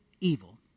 evil